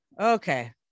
Okay